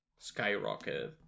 skyrocketed